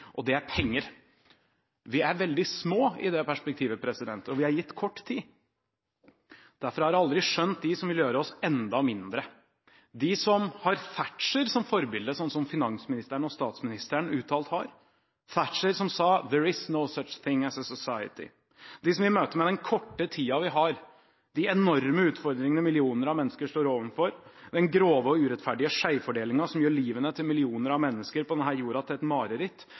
og det er penger. Vi er veldig små i det perspektivet, og vi er gitt kort tid. Derfor har jeg aldri skjønt de som vil gjøre oss enda mindre, de som har Thatcher som forbilde, slik finansministeren og statsministeren har uttalt, Thatcher som sa: «There is no such thing as society», de som i møte med den korte tiden vi har, de enorme utfordringene millioner av mennesker står overfor, den grove og urettferdige skjevfordelingen som gjør livet til millioner av mennesker på jorda til et mareritt,